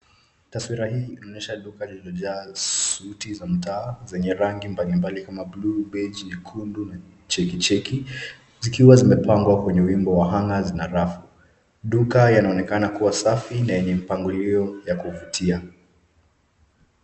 Taswira hii inaonyesha duka lililojaa suti za mtaa zenye rangi mbalimbali kama blue beji, nyekundu na chekicheki zikiwa zimepangwa kwenye wingu wa hungers na rafu. Duka linaonekana vizuri na lenye mpangilio wa kuvutia.